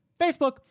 facebook